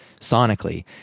sonically